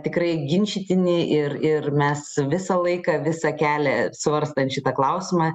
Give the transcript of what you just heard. tikrai ginčytini ir ir mes visą laiką visą kelią svarstant šitą klausimą